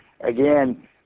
again